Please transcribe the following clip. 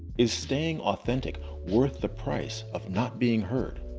is staying authentic worth the price of not being heard?